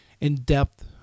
in-depth